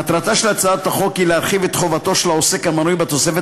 מטרתה של הצעת החוק היא להרחיב את חובתו של העוסק המנוי בתוספת